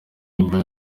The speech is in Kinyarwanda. label